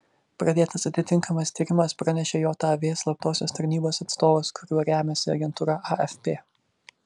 pradėtas atitinkamas tyrimas pranešė jav slaptosios tarnybos atstovas kuriuo remiasi agentūra afp